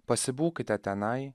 pasibūkite tenai